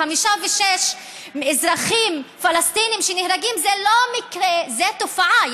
56 אזרחים פלסטינים שנהרגים זה לא מקרה, זו תופעה.